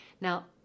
Now